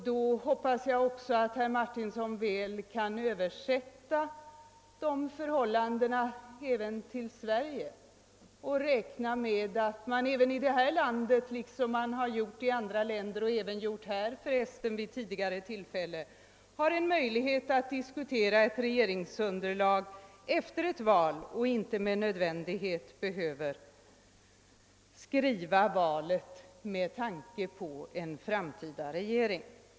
Då förmodar jag att herr Martinsson också kan översätta de förhållandena till Sverige och räkna med att vi, liksom man har gjort i andra länder och för resten även här vid tidigare tillfällen, har möjlighet att diskutera ett regeringsunderlag efter ett val och inte behöver skriva valprogrammen med tanke på en framtida regering.